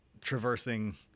traversing